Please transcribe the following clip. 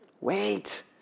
Wait